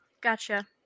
Gotcha